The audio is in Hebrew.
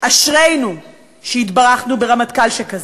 אשרינו שהתברכנו ברמטכ"ל כזה.